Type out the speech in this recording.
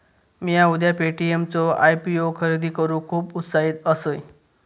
मिया उद्या पे.टी.एम चो आय.पी.ओ खरेदी करूक खुप उत्साहित असय